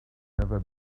never